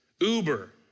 Uber